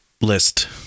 list